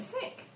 sick